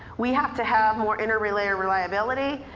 we have to have more inter-relayer reliability.